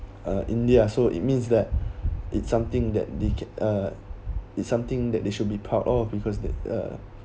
uh india so it means that it's something that they uh it's something that they should be proud of because the uh